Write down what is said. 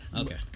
Okay